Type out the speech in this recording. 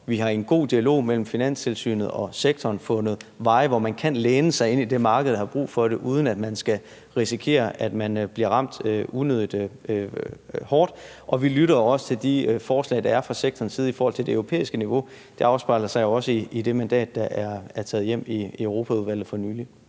vi har i en god dialog mellem Finanstilsynet og sektoren fundet veje, hvor man kan læne sig ind i det, markedet har brug for, uden at risikere at blive ramt unødigt hårdt, og vi lytter også til de forslag, der er fra sektorens side i forhold til det europæiske niveau, og det afspejler sig også i det mandat, der er taget hjem i Europaudvalget for nylig.